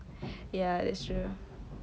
ya that's true